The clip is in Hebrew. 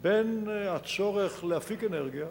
בין הצורך להפיק אנרגיה,